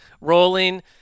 rolling